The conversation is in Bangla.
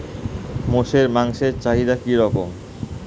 মোষের মাংসের চাহিদা কি রকম?